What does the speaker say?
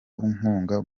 nkunga